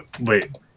Wait